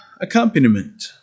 accompaniment